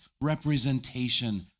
representation